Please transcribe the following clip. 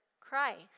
Christ